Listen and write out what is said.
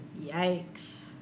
Yikes